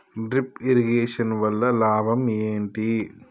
Drip irrigation వల్ల లాభం ఏంటి?